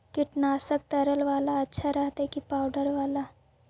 कीटनाशक तरल बाला अच्छा रहतै कि पाउडर बाला?